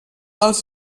els